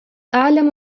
أعلم